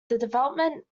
development